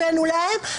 הבאנו להם,